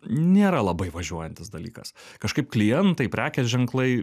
nėra labai važiuojantis dalykas kažkaip klientai prekės ženklai